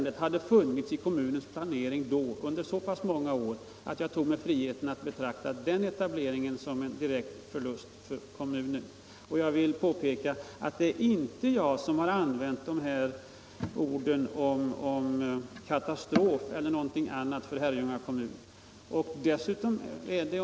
Det har funnits i kommunens planering under så många år att jag inte tvekade att betrakta denna uteblivna etablering som en direkt förlust för kommunen. Jag vill också påpeka att det inte är jag som har använt uttrycket katastrof eller något liknande när det gäller problemen i Herrljunga kommun.